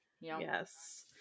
Yes